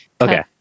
Okay